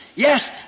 Yes